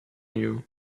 you